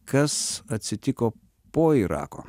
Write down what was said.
kas atsitiko po irako